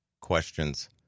questions